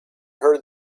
heard